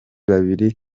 babiri